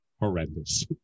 horrendous